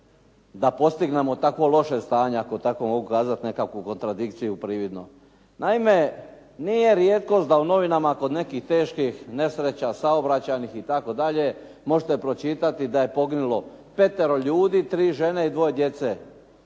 da postignemo takvo loše stanje, ako tako mogu kazat nekakvu kontradikciju prividno. Naime, nije rijetkost da u novinama kod nekih teških nesreća, saobraćajnih itd. možete pročitati da je poginulo petero ljudi, tri žene i dvoje djece.